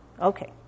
Okay